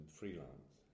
freelance